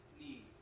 need